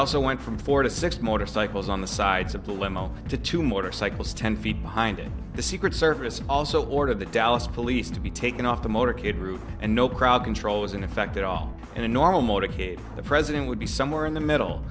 also went from four to six motorcycles on the sides of the limo to two motorcycles ten feet behind the secret service also ordered the dallas police to be taken off the motorcade route and no crowd control was in effect at all in a normal motorcade the president would be somewhere in the middle